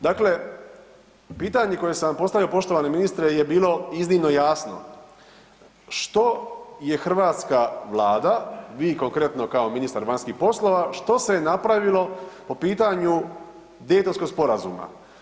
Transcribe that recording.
Dakle, pitanje koje sam vam postavio poštovani ministre je bilo iznimno jasno, što je hrvatska Vlada, vi konkretno kao ministar vanjskih poslova, što se je napravilo po pitanju Daytonskog sporazuma?